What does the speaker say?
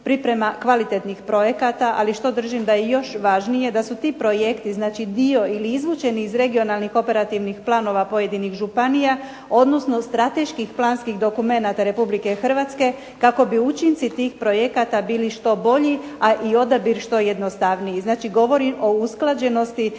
priprema kvalitetnih projekata, ali što držim da je još važnije da su ti projekti znači dio ili izvučeni iz regionalnih operativnih planova pojedinih županija, odnosno strateških planskih dokumenata Republike Hrvatske kako bi učinci tih projekata bili što bolji, a i odabir što jednostavniji.